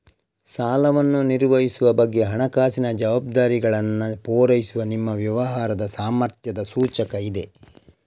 ಸಾಲವನ್ನು ನಿರ್ವಹಿಸುವ ಬಗ್ಗೆ ಹಣಕಾಸಿನ ಜವಾಬ್ದಾರಿಗಳನ್ನ ಪೂರೈಸುವ ನಿಮ್ಮ ವ್ಯವಹಾರದ ಸಾಮರ್ಥ್ಯದ ಸೂಚಕ ಇದೆ